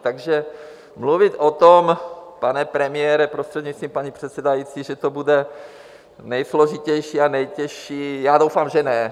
Takže mluvit o tom, pane premiére, prostřednictvím paní předsedající, že to bude nejsložitější a nejtěžší já doufám, že ne.